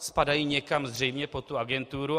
Spadají někam zřejmě pod agenturu.